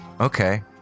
Okay